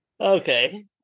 Okay